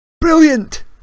Brilliant